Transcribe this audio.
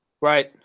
right